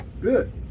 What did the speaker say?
good